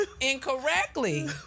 incorrectly